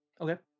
Okay